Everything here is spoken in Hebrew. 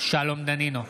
שלום דנינו,